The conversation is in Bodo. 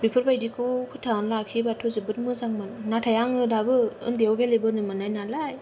बेफोरबादिखौ फोथांनानै लाखियोब्लाथ' जोबोद मोजांमोन नाथाय आङो दाबो उन्दैयाव गेलेबोनो मोननाय नालाय